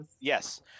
Yes